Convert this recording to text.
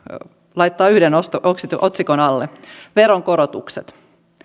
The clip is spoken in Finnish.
laittaa yhden otsikon alle veronkorotukset